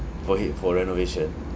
for hi~ for renovation